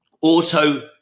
Auto